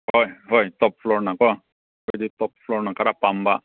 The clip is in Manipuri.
ꯍꯣꯏ ꯍꯣꯏ ꯇꯣꯞꯐ꯭ꯂꯣꯔꯅꯀꯣ ꯑꯩꯈꯣꯏꯗꯤ ꯇꯣꯞꯐ꯭ꯂꯣꯔꯅ ꯈꯔ ꯄꯥꯝꯕ